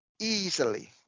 easily